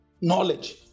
knowledge